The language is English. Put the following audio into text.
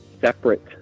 separate